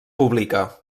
publica